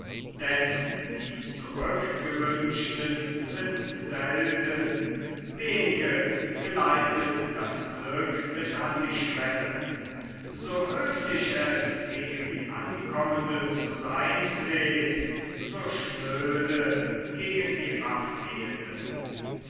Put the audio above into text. denn die zurückgewünschten sind selten wenige geleitet das glück bis an die schwelle so höflich es gegen die ankommenden zu seyn pflegt so schnöde gegen die abgehenden